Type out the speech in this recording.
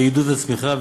לעידוד הצמיחה,